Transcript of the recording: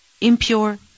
impure